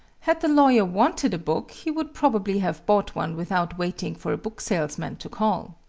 had the lawyer wanted a book he would probably have bought one without waiting for a book-salesman to call.